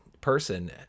person